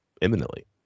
imminently